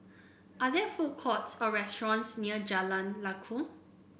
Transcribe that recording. are there food courts or restaurants near Jalan Lakum